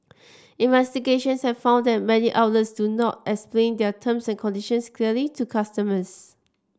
investigations have found that many outlets do not explain their terms and conditions clearly to customers